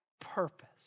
purpose